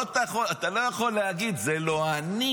אתה לא יכול להגיד זה לא אני,